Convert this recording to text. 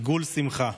עיגול שמחה.